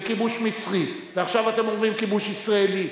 וכיבוש מצרי,